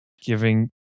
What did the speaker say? giving